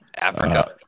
Africa